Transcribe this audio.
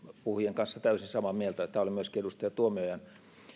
puhujien kanssa täysin samaa mieltä tämä oli myöskin edustaja tuomiojan